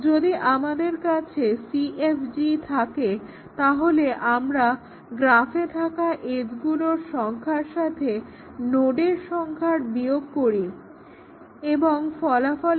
যদি আমাদের কাছে CFG থাকে তাহলে আমরা গ্রাফে থাকা এজগুলোর সংখ্যার সাথে নোডর সংখ্যার বিয়োগ কররি এবং ফলাফলের সাথে 2 যোগ করি